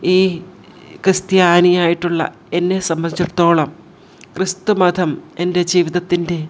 ഈ ക്രിസ്ത്യാനിയായിട്ടുള്ള എന്നെ സംബന്ധിച്ചിടത്തോളം ക്രിസ്തു മതം എൻ്റെ ജീവിതത്തിൻ്റെ